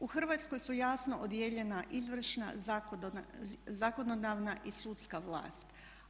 U Hrvatskoj su jasno odijeljena izvršna, zakonodavna i sudska vlast.